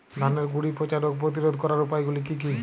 ধানের গুড়ি পচা রোগ প্রতিরোধ করার উপায়গুলি কি কি?